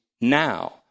now